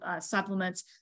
supplements